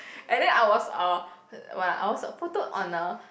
and then I was uh what ah I was photo-ed on a